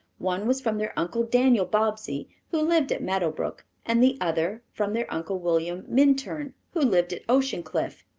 one was from their uncle daniel bobbsey, who lived at meadow brook, and the other from their uncle william minturn, who lived at ocean cliff.